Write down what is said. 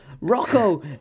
Rocco